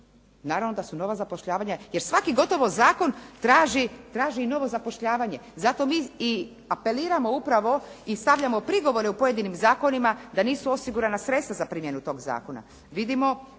Naravno da su nova zapošljavanja, jer svaki gotovo zakon traži i novo zapošljavanje. Zato mi i apeliramo upravo i stavljamo prigovore u pojedinim zakonima da nisu osigurana sredstva za primjenu tog zakona.